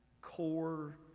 core